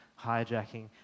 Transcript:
hijacking